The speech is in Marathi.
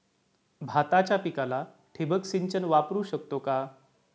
भाताच्या पिकाला ठिबक सिंचन वापरू शकतो का?